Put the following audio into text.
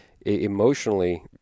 emotionally